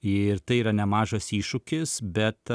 ir tai yra nemažas iššūkis bet